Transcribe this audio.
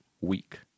week